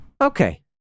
Okay